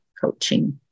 coaching